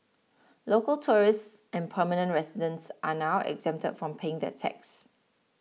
local tourists and permanent residents are now exempted from paying the tax